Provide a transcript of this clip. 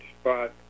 spot